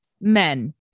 Men